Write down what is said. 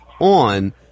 on